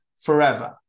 forever